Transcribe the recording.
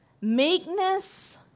meekness